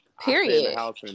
Period